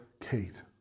Kate